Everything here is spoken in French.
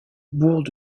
bourg